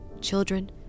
children